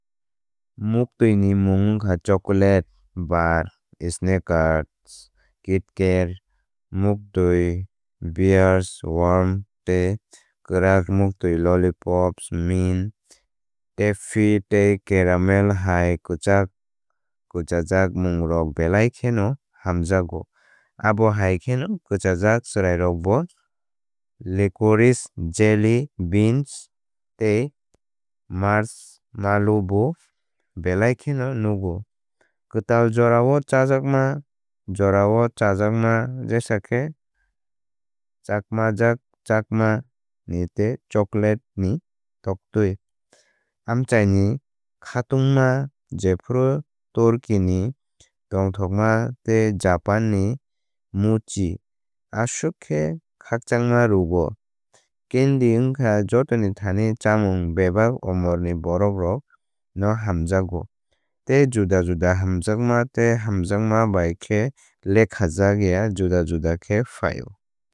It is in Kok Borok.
Muktwi ni mung wngkha chocolate bar snickers kitkat muktwi muktwi bears worm tei kwrak muktwi lollipops mint taffy tei caramel hai kwchak kwchajak mungrok belai kheno hamjakgo. Abo hai kheno kwchajak chwrairokbo likoriis jeli beans tei marsmalobo belai kheno nugo. Kwtal jorao chajakma jorajorao chajakma jesa khe chakmajak chakma tei chocolate ni toktui. Amchaini khatungma jephru turki ni tongthokma tei japan ni mochi aswk khe khakchangma rwgo. Candy wngkha jotoni thani chámung bebak umor ni borok rok no hamjakgo. Tei juda juda hamjakma tei hamjakma bai khe lekhajak ya juda juda khe phaio.